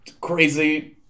crazy